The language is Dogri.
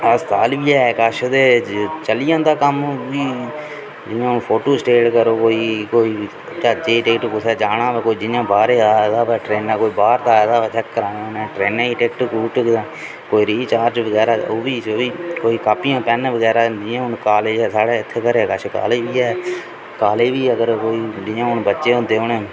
अस्पताल बी ऐ स कश ते चली जंदा कम्म बी जि'यां हून फोटू स्टैट करी ओड़ग कोई कोई ज्हाजे दी टिकट कुसै गी जाना होऐ कोई जि'यां बाह्रे दा आए दा होऐ ट्रेना कोई बाह्र दा आए दा होऐ ते कराना उ'न्नै ट्रेने दी टिकट टुकट कुतै कोई रिचार्ज बगैरा ओह् बी होई सकदी कोई कापियां पैन्न बगैरा जि'यां हून कालेज ऐ साढ़े इत्थै घरै दे कश कॉलेज बी ऐ कॉलेज बी अगर कोई जि'यां हून बच्चे होंदे उ'नें